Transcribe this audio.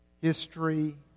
history